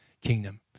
kingdom